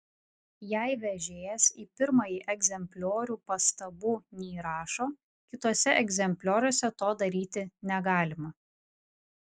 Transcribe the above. jei vežėjas į pirmąjį egzempliorių pastabų neįrašo kituose egzemplioriuose to daryti negalima